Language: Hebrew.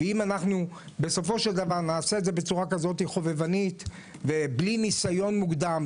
ואם אנחנו בסופו של דבר נעשה את זה בצורה חובבנית ובלי ניסיון מוקדם,